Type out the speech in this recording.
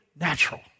natural